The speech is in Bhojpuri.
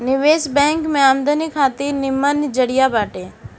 निवेश बैंक आमदनी खातिर निमन जरिया बाटे